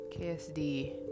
KSD